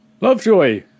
Lovejoy